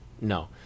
no